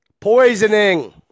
poisoning